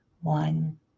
one